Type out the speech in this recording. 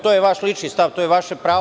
To je Vaš lični stav, to je Vaše pravo.